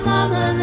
Mama